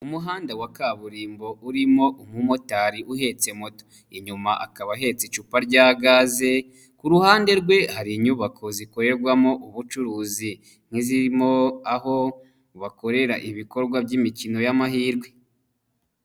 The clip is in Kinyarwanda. Umuhanda wa kaburimbo urimo umumotari uhetse moto, inyuma akaba ahetse icupa rya gaze, ku ruhande rwe hari inyubako zikorerwamo ubucuruzi nk'izirimo aho bakorera ibikorwa by'imikino y'amahirwe.